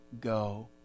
go